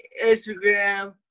Instagram